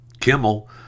Kimmel